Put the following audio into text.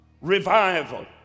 Revival